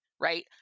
right